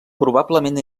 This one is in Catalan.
probablement